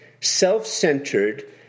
self-centered